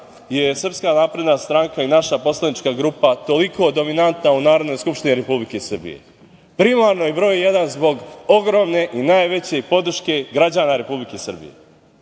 čega je SNS i naša poslanička grupa toliko dominantna u Narodnoj skupštini Republike Srbije. Primarno je, broj jedan, zbog ogromne i najveće podrške građana Republike Srbije.